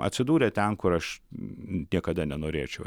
atsidūrė ten kur aš niekada nenorėčiau